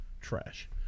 Trash